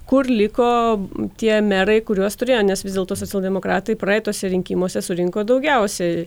kur liko tie merai kuriuos turėjo nes vis dėlto socialdemokratai praeituose rinkimuose surinko daugiausiai